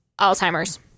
Alzheimer's